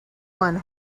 one